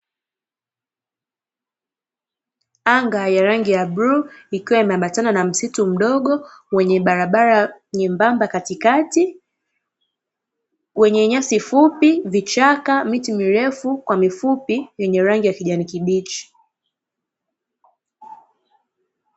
Anga ya rangi ya bluu, ikiwa imeambatana na msitu mdogo wenye barabara nyembamba katikati, wenye nyasi fupi, vichaka, miti mirefu kwa mifupi, yenye rangi ya kijani kibichi.